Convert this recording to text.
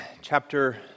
chapter